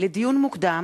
לדיון מוקדם: